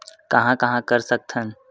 कहां कहां कर सकथन?